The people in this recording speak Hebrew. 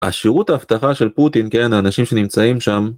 השירות האבטחה של פוטין, כן, האנשים שנמצאים שם